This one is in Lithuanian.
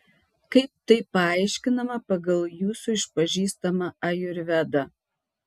kaip tai paaiškinama pagal jūsų išpažįstamą ajurvedą